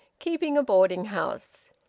keeping a boarding-house.